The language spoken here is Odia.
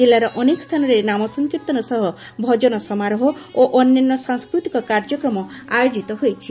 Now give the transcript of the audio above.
କିଲ୍ଲାର ଅନେକ ସ୍ଥାନରେ ନାମ ସଂକୀର୍ଭନ ସହ ଭଜନ ସମାରୋହ ଓ ଅନ୍ୟାନ୍ୟ ସାଂସ୍କୃତିକ କାର୍ଯ୍ୟକ୍ରମ ଆୟୋଜିତ ହୋଇଛି